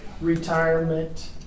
retirement